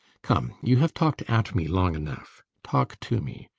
come! you have talked at me long enough. talk to me.